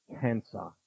cancer